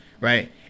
right